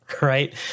right